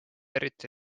eriti